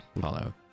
follow